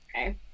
Okay